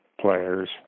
players